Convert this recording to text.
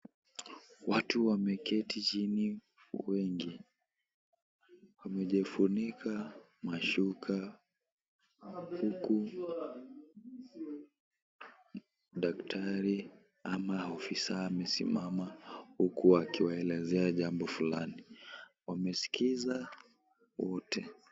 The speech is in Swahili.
Watu wameketi chini wengi. Wamejifunika mashuka, huku daktari ama afisa amesimama huku akiwaeleza jambo fulani. Wamesikiliza wote.